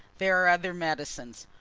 there are other medicines.